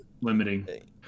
limiting